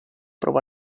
prova